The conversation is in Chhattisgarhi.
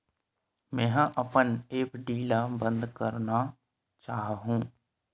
मेंहा अपन एफ.डी ला बंद करना चाहहु